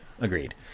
Agreed